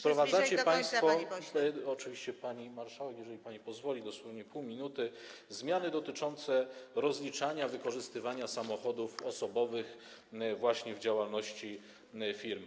Wprowadzacie państwo - oczywiście, pani marszałek, jeżeli pani pozwoli, dosłownie pół minuty - zmiany dotyczące rozliczania wykorzystywania samochodów osobowych właśnie w działalności firm.